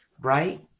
right